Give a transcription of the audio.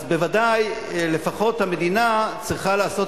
אז בוודאי לפחות המדינה צריכה לעשות